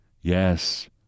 yes